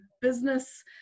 business